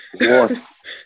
worst